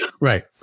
Right